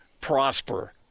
prosper